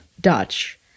Dutch